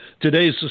today's